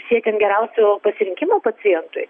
siekiant geriausio pasirinkimo pacientui